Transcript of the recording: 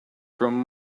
from